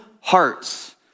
hearts